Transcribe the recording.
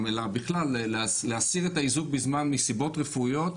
אלא בכלל להסיר את האיזוק מסיבות רפואיות,